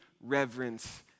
reverence